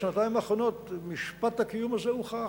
בשנתיים האחרונות משפט הקיום הזה הוכח,